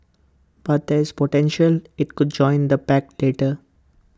but there's potential IT could join the pact later